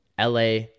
LA